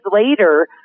later